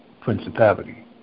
principality